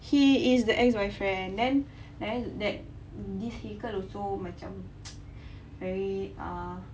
he is the ex boyfriend then then that this haikel also macam very uh